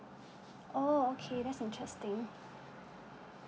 oh okay that's interesting